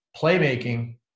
playmaking